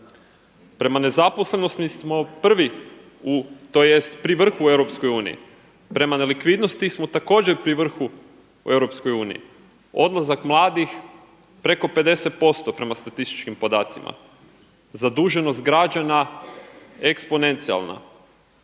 Prema nezaposlenosti smo prvi, tj. pri vrhu u Europskoj uniji. Prema nelikvidnosti smo također pri vrhu u Europskoj uniji, odlazak mladih preko 50% prema statističkim podacima, zaduženost građana eksponencijalna.